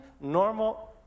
normal